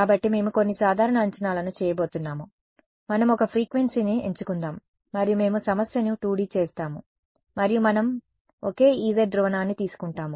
కాబట్టి మేము కొన్ని సాధారణ అంచనాలను చేయబోతున్నాము మనము ఒక ఫ్రీక్వెన్సీని ఎంచుకుందాం మరియు మేము సమస్యను 2D చేస్తాము మరియు మనము ఒకే Ez ధ్రువణాన్ని తీసుకుంటాము